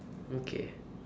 okay